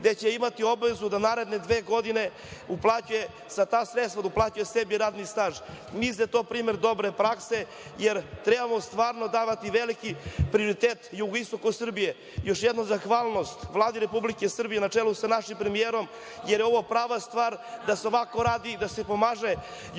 gde će imati obavezu da naredne dve godine tim sredstvima uplaćuje sebi radni staž. Mislim da je to primer dobre prakse, jer trebamo stvarno davati veliki prioritet jugoistoku Srbije. Još jednom zahvalnosti Vladi Republike Srbije na čelu sa našim premijerom, jer je ovo prava stvar da se ovako radi i da se pomaže jugoistok